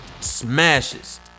Smashes